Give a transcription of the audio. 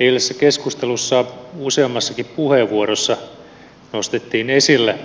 eilisessä keskustelussa useammassakin puheenvuorossa nostettiin esille